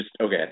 okay